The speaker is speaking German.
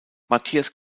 mathias